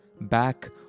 Back